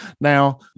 Now